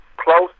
close